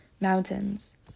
Mountains